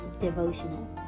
devotional